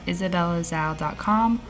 IsabellaZal.com